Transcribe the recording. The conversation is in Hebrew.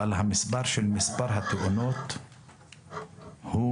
מספר התאונות הוא